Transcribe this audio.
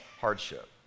hardship